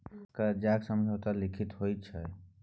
करजाक समझौता लिखित होइ छै